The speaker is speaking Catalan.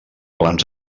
plans